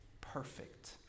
perfect